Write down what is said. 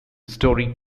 story